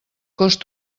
cost